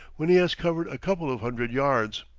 when he has covered a couple of hundred yards.